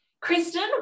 Kristen